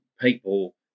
people